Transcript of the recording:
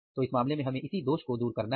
तो इस मामले में हमें इसी दोष को दूर करना है